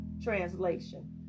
translation